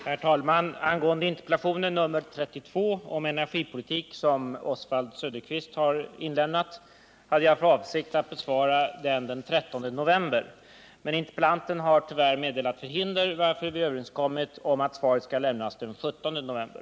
Herr talman! Interpellationen nr 32 om energipolitiken, som Oswald Söderqvist har inlämnat, hade jag för avsikt att besvara den 13 november. Interpellanten har tyvärr meddelat förhinder, varför vi överenskommit att svaret skall lämnas den 17 november.